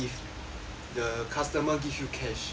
the customer give you cash how ah